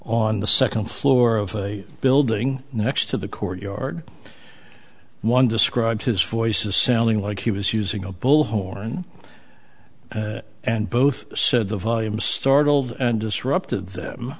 the second floor of a building next to the courtyard one described his voices sounding like he was using a bullhorn and both said the volume startled and disrupted them